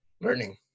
learning